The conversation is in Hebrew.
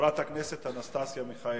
חברת הכנסת אנסטסיה מיכאלי,